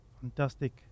fantastic